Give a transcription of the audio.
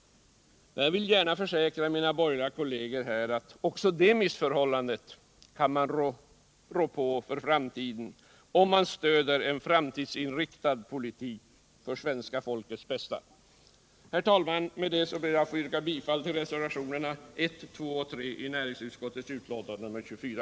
Men jag vill gärna försäkra mina borgerliga kolleger att också det missförhållandet kan man råda bot på om man bara stöder en framtidsinriktad politik för svenska folkets bästa! Herr talman! Med detta ber jag att få yrka bifall till reservationerna 1, 2 och 3 vid näringsutskottets betänkande nr 24.